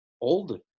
old